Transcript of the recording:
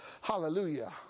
hallelujah